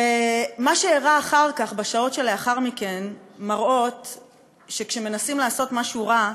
ומה שאירע בשעות שלאחר מכן מראה שכשמנסים לעשות משהו רע,